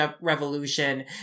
Revolution